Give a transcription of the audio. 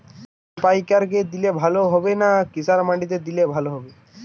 ধান পাইকার কে দিলে ভালো হবে না কিষান মন্ডিতে দিলে ভালো হবে?